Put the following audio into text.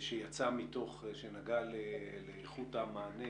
שנגע לאיכות המענה,